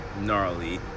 gnarly